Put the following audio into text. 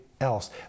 else